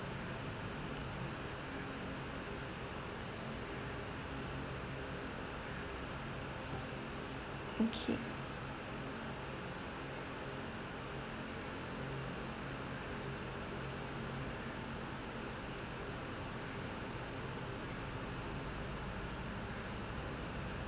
okay